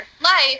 life